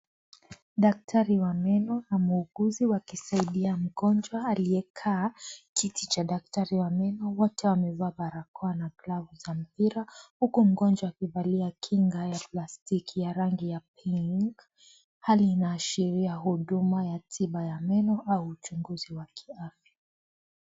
Daktari wa meno na mhuguzi wakisaidia mgonjwa aliyekaa kiti cha daktari wa meno. Wote wamevaa barakoa na glavu za mpira huku mgonjwa akivalia kinga ya plastiki ya rangi ya pinki. Hali inaashiria Huduma ya tiba ya meno au uchunguzi wa kiafya.